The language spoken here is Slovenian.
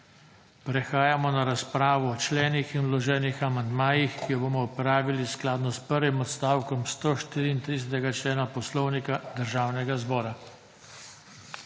Prehajamo na razpravo o členu in vloženem amandmaju, ki jo bomo opravili skladno s prvim odstavkom 134. člena Poslovnika državnega zbora.